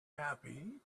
happy